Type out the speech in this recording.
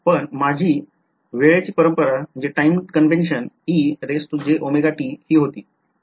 पण माझी वेळ परंपरा हि होती